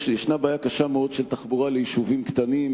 יש בעיה קשה מאוד של תחבורה ליישובים קטנים.